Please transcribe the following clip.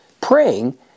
praying